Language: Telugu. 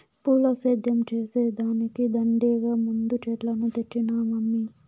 పూల సేద్యం చేసే దానికి దండిగా మందు చెట్లను తెచ్చినానమ్మీ